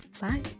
bye